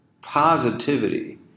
positivity